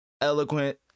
eloquent